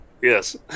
Yes